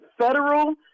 federal